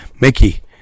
Mickey